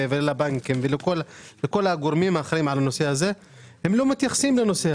לבנקים ולכל הגורמים האחראיים על הנושא הזה והם לא מתייחסים.